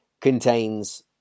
contains